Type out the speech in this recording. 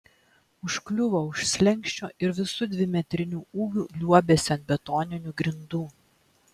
užkliuvo už slenksčio ir visu dvimetriniu ūgiu liuobėsi ant betoninių grindų